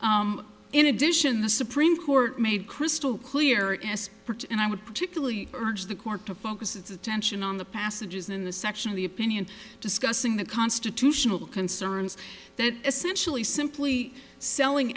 in addition the supreme court made crystal clear in this part and i would particularly urge the court to focus its attention on the passages in the section of the opinion discussing the constitutional concerns that essentially simply selling